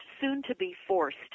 soon-to-be-forced